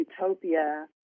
utopia